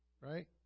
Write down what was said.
right